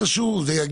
צריכים